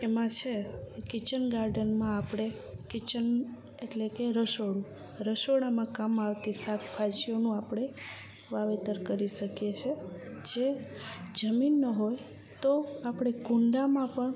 એમાં છે કિચન ગાર્ડનમાં આપણે કિચન એટલે કે રસોડું રસોડામાં કામ આવતી શાકભાજીઓનો આપણે વાવેતર કરી શકીએ છીએ જે જમીન ન હોય તો આપડે કૂંડામાં પણ